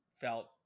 felt